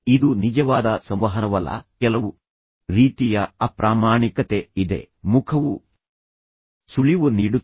ಇದು ನಿಜವಾದ ಸಂವಹನವಲ್ಲ ಕೆಲವು ರೀತಿಯ ಅಪ್ರಾಮಾಣಿಕತೆ ಇದೆ ಮುಖವು ಸುಳಿವು ನೀಡುತ್ತದೆ